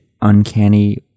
Uncanny